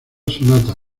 sonata